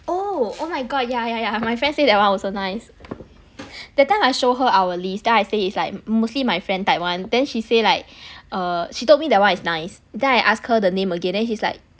oh oh my god yeah yeah yeah my friend say that [one] also nice that time I show her our list I say it's like mostly my friend type [one] then she say like err she told me that one is nice then I ask her the name again then she's like